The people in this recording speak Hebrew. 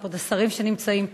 כבוד השרים שנמצאים פה,